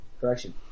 Correction